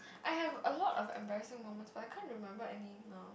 I have a lot of embarrassing moments but I can't remember any now